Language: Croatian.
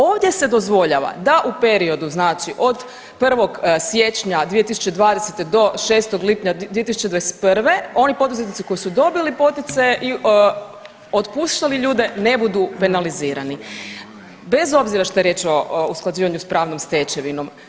Ovdje se dozvoljava da u periodu, znači od 1. siječnja 2020. do 6. lipnja 2021. oni poduzetnici koji su dobili poticaje i otpuštali ljude ne budu penalizirani bez obzira što je riječ o usklađivanju sa pravnom stečevinom.